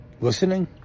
listening